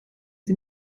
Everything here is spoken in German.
sie